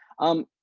um,